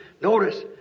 Notice